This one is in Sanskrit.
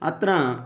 अत्र